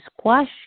squash